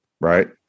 Right